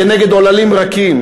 כנגד עוללים רכים,